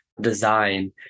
design